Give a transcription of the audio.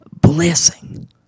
blessing